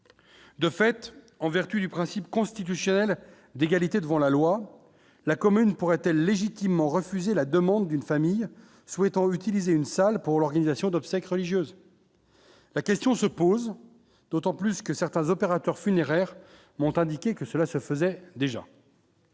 de fait, en vertu du principe constitutionnel d'égalité devant la loi, la commune pourrait-elle légitimement refusé la demande d'une famille souhaitant utiliser une salle pour l'organisation d'obsèques religieuses. La question se pose d'autant plus que certains opérateurs funéraires m'ont indiqué que cela se faisait déjà.